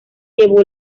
llevó